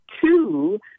two